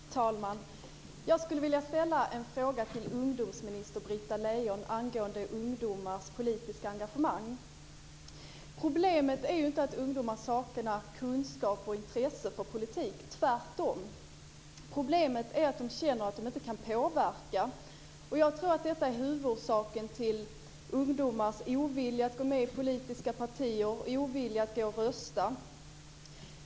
Fru talman! Jag skulle vilja ställa en fråga till ungdomsminister Britta Lejon angående ungdomars politiska engagemang. Problemet är inte att ungdomar saknar kunskap och intresse för politik, tvärtom. Problemet är att de känner att de inte kan påverka. Jag tror att detta är huvudorsaken till ungdomars ovillighet att gå in i politiska partier och att rösta.